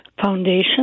foundation